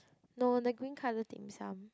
no the green colour dim sum